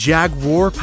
Jaguar